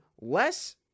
less